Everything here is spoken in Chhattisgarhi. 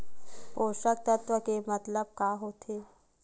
पोषक तत्व के मतलब का होथे?